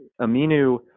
Aminu